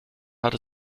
hat